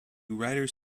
riders